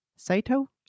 Saito